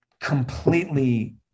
completely